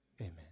Amen